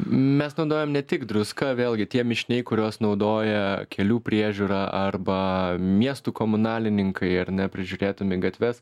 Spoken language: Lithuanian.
mes naudojam ne tik druską vėlgi tie mišiniai kuriuos naudoja kelių priežiūra arba miestų komunalininkai ar ne prižiūrėdami gatves